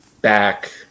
back